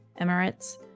Emirates